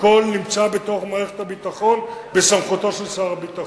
הכול נמצא בתוך מערכת הביטחון בסמכותו של שר הביטחון.